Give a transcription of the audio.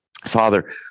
Father